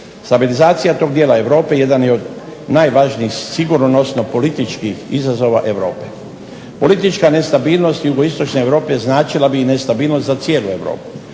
Stabilizacija tog dijela Europe jedan je od najvažnijih sigurnosno političkih izazova Europe. POLitička nestabilnost jugoistočne Europe značila bi nestabilnost za cijelu Europu.